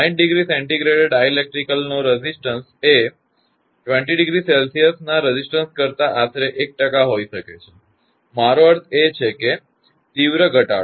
60°𝐶 એ ડાઇલેક્ટ્રિકનો રેઝિસ્ટન્સ એ 20°𝐶 ના રેઝિસ્ટન્સ કરતા આશરે 1 હોઈ શકે છે મારો અર્થ છે તીવ્ર ઘટાડો